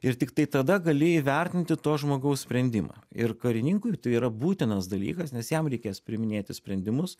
ir tiktai tada gali įvertinti to žmogaus sprendimą ir karininkui tai yra būtinas dalykas nes jam reikės priiminėti sprendimus